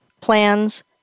plans